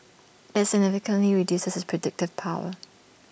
that significantly reduces its predictive power